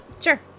Sure